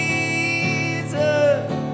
Jesus